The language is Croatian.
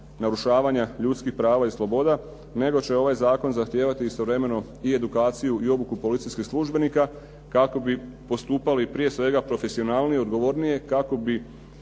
narušavanja ljudskih prava i sloboda, nego će ovaj zakon zahtijevati istovremeno i edukaciju i obuku policijskih službenika, kako bi postupali prije svega profesionalnije odgovornije, kako bi